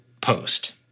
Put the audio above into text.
post